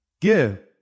Give